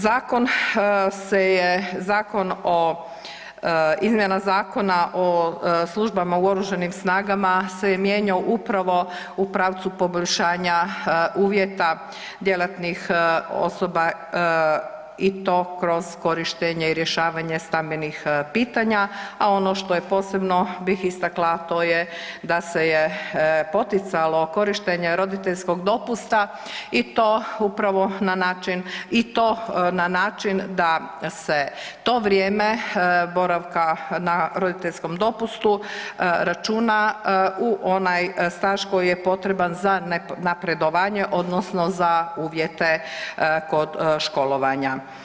Zakon se je, zakon o, izmjena Zakona o službama u oružanim snagama se je mijenjao upravo u pravcu poboljšanja uvjeta djelatnih osoba i to kroz korištenje i rješavanje stambenih pitanja, a ono što je posebno bih istakla to je da se je poticalo korištenje roditeljskog dopusta i to na način da se to vrijeme boravka na roditeljskom dopustu računa u onaj staž koji je potreban za napredovanje odnosno za uvjete kod školovanja.